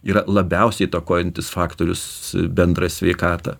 yra labiausiai įtakojantis faktorius bendrą sveikatą